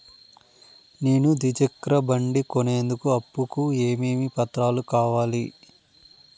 నేను ద్విచక్ర బండి కొనేందుకు అప్పు కు ఏమేమి పత్రాలు కావాలి?